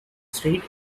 street